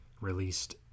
released